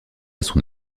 son